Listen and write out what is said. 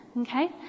Okay